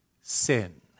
sin